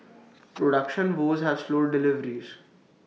production woes have slowed deliveries